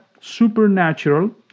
supernatural